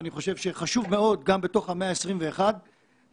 אני חושב שחשוב מאוד גם בתוך המאה ה-21 לחבר